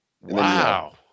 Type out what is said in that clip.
wow